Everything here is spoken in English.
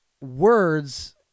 words